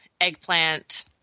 eggplant